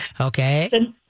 Okay